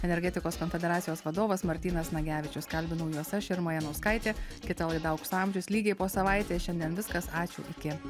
energetikos konfederacijos vadovas martynas nagevičius kalbinau juos aš irma janauskaitė kita laida aukso amžius lygiai po savaitės šiandien viskas ačiū iki